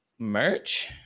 merch